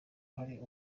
hari